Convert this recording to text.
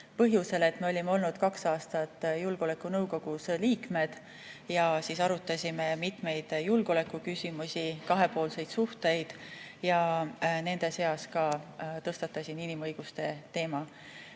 põhjusel, et me olime olnud kaks aastat julgeolekunõukogu liikmed. Arutasime mitmeid julgeolekuküsimusi, kahepoolseid suhteid ja nende seas tõstatasin ka inimõiguste teema.